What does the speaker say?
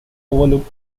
overlooked